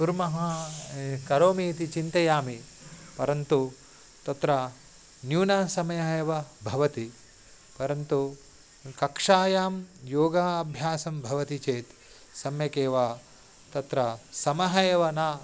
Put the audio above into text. कुर्मः करोमि इति चिन्तयामि परन्तु तत्र न्यूनः समयः एव भवति परन्तु कक्षायां योगा अभ्यासं भवति चेत् सम्यक् एव तत्र समः एव न